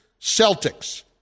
Celtics